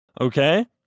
okay